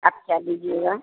आप क्या लीजिएगा